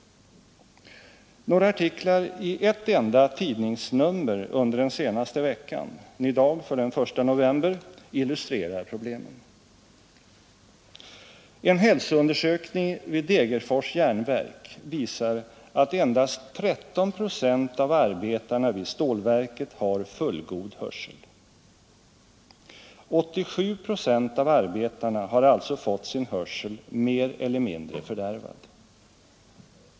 Några artiklar i ett enda tidningsnummer under den senaste veckan illustrerar problemen. En hälsoundersökning vid Degerfors järnverk visar att endast 13 procent av arbetarna vid stålverket har fullgod hörsel. 87 procent av arbetarna har alltså fått sin hörsel mer eller mindre fördärvad.